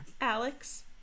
Alex